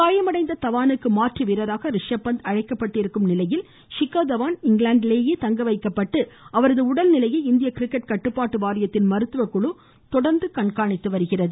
காயமடைந்த தவானுக்கு மாற்று வீரராக ரிஷப் பந்த அழைக்கப்பட்டிருக்கும் நிலையில் ஷிக்கர் தவான் இங்கிலாந்திலேயே தங்க வைக்கப்பட்டு அவரது உடல்நிலையை இந்திய கிரிக்கெட் கட்டுப்பாட்டு வாரியத்தின் மருத்துவக்குழு தொடா்ந்து கண்காணித்து வருகிறது